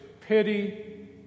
pity